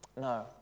No